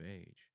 age